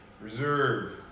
reserve